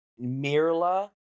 Mirla